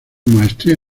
maestría